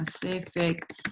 Pacific